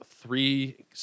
three